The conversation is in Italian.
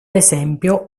esempio